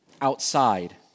outside